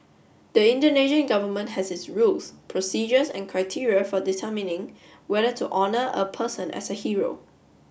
the Indonesian Government has its rules procedures and criteria for determining whether to honor a person as a hero